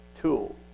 tool